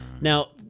Now